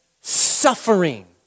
suffering